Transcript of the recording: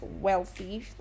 wealthy